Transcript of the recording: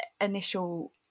initial